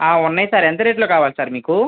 ఆ ఉన్నాయి సార్ ఎంత రేట్లో కావాలి సార్ మీకు